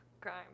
crime